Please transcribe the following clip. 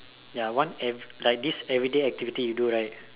ya one every like this everyday activity you do right